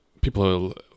People